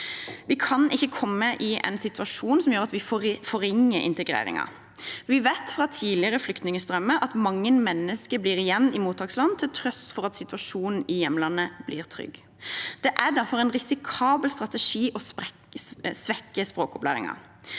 Vi kan ikke komme i en situasjon som gjør at vi forringer integreringen. Vi vet fra tidligere flyktningstrømmer at mange mennesker blir igjen i mottaksland til tross for at situasjonen i hjemlandet blir trygg. Det er derfor en risi kabel strategi å svekke språkopplæringen.